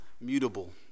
mutable